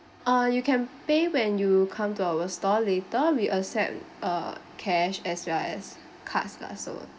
uh you can pay when you come to our store later we accept uh cash as well as cards lah so